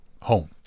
home